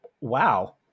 wow